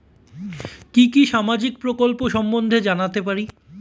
কি কি সামাজিক প্রকল্প সম্বন্ধে জানাতে পারি?